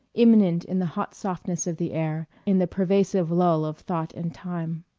imminent in the hot softness of the air, in the pervasive lull, of thought and time.